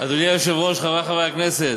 אדוני היושב-ראש, חברי חברי הכנסת,